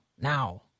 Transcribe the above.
now